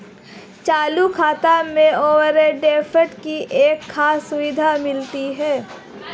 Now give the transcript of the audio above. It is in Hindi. चालू खाता में ओवरड्राफ्ट की एक खास सुविधा मिलती है